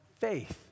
faith